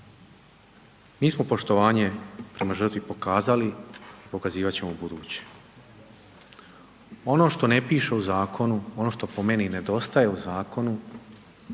Mi smo poštovanje prema žrtvi pokazali i pokazivat ćemo ubuduće. Ono što ne piše u zakonu, ono što po meni nedostaje u zakonu,